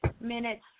minutes